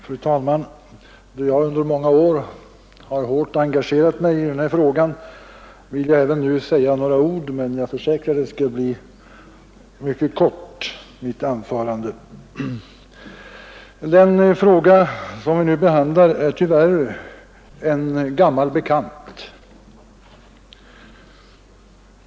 Fru talman! Då jag under många år har hårt engagerat mig i den här frågan vill jag även nu säga några ord, men jag försäkrar att mitt anförande skall bli mycket kort. Frågan är tyvärr en gammal bekant.